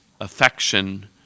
affection